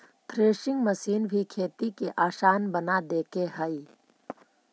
threshing machine भी खेती के आसान बना देके हइ